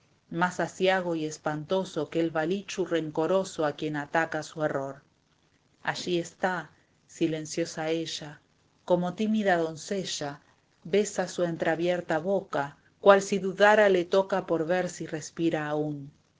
más aciago y espantoso que el valichú rencoroso a quien acata su error allí está silenciosa ella como tímida doncella besa su entreabierta boca cual si dudara le toca por ver si respira aún